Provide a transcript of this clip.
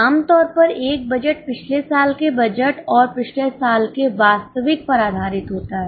आमतौर पर एक बजट पिछले साल के बजट और पिछले साल के वास्तविक पर आधारित होता है